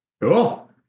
Cool